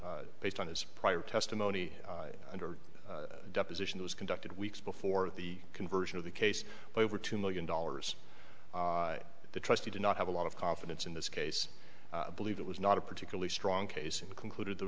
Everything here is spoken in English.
based on his prior testimony under deposition was conducted weeks before the conversion of the case over two million dollars the trustee did not have a lot of confidence in this case believe it was not a particularly strong case and concluded there